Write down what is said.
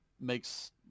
makes